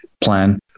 plan